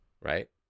right